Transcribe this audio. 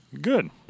Good